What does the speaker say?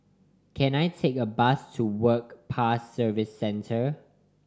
can I take a bus to Work Pass Services Centre